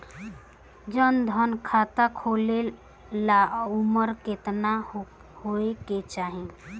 जन धन खाता खोले ला उमर केतना होए के चाही?